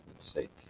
Sake